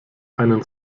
einen